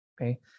Okay